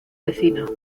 vecino